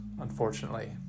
unfortunately